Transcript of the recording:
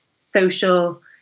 social